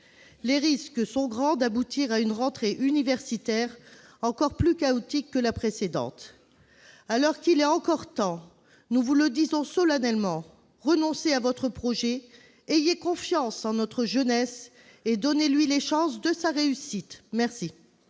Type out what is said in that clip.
les risques sont grands d'aboutir à une rentrée universitaire encore plus chaotique que la précédente ... Alors qu'il en est encore temps, nous vous le disons solennellement : renoncez à votre projet, ayez confiance en notre jeunesse et donnez-lui les chances de sa réussite !